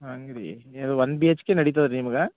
ಹಂಗ್ರಿ ಒಂದು B H K ನಡಿತದ ನಿಮ್ಗಾ